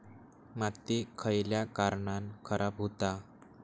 माती खयल्या कारणान खराब हुता?